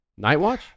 Nightwatch